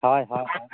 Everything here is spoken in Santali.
ᱦᱚᱭ ᱦᱚᱭ